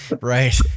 Right